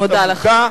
תודה לך.